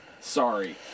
Sorry